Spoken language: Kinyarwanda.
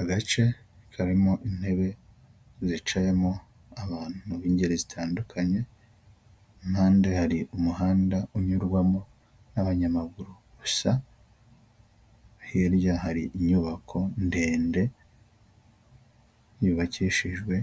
Agace karimo intebe zicayemo abantu b'ingeri zitandukanye, impande hari umuhanda unyurwamo n'abanyamaguru gusa hirya hari inyubako ndende yubakishijwe